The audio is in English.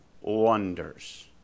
wonders